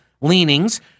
leanings